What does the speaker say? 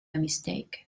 mistake